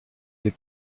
des